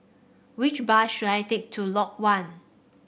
which bus should I take to Lot One